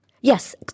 Yes